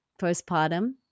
postpartum